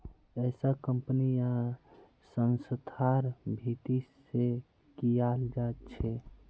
ऐसा कम्पनी या संस्थार भीती से कियाल जा छे